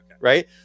Right